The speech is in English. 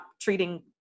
treating